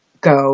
go